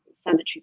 Sanitary